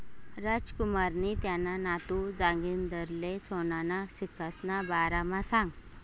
रामकुमारनी त्याना नातू जागिंदरले सोनाना सिक्कासना बारामा सांगं